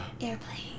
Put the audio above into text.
Airplane